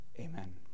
Amen